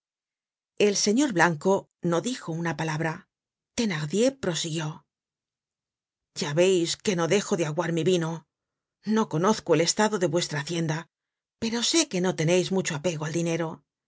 el señor blanco no dijo una palabra thenardier prosiguió ya veis que no dejo de aguar mi vino no conozco el estado de vuestra hacienda pero sé que no teneis mucho apego al dinero